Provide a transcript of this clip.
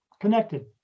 connected